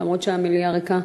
למרות שהמליאה ריקה.